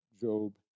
Job